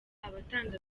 abatanga